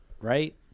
Right